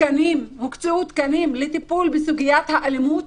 תקנים לטיפול בסוגיית האלימות